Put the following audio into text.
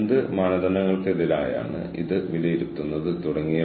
എന്ത് സംഭവിച്ചാലും അതിന്റെ പുരോഗതി വിലയിരുത്താൻ ഞാൻ എപ്പോഴാണ് തീരുമാനിക്കേണ്ടത്